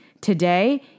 Today